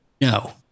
no